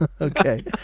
Okay